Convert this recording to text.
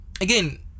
again